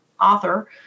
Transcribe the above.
author